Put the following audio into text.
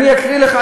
אני אקריא לך,